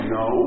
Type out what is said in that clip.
no